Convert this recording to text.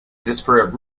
disparate